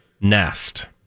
nest